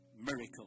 Miracle